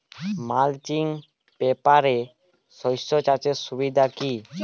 Mulching পেপারে শসা চাষের সুবিধা কি?